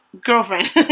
girlfriend